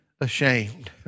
ashamed